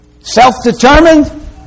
self-determined